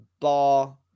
bar